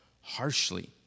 harshly